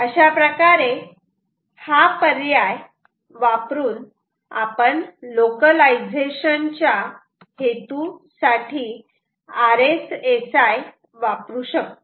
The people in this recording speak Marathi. अशाप्रकारे हा पर्याय वापरून आपण लोकलायझेशन च्या हेतूसाठी RSSI वापरू शकतो